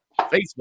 Facebook